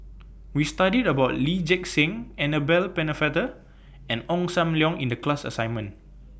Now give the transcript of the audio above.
We studied about Lee Gek Seng Annabel Pennefather and Ong SAM Leong in The class assignment